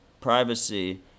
privacy